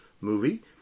movie